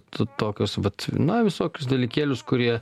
tokius vat na visokius dalykėlius kurie